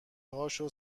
هاشو